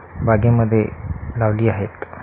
बागेमध्ये लावली आहेत